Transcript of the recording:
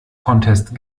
contest